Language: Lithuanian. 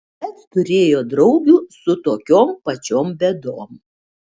bet turėjo draugių su tokiom pačiom bėdom